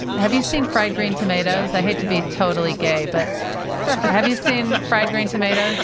have you seen fried green tomatoes? i hate to be totally gay, but have you seen fried green tomatoes?